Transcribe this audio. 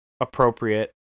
appropriate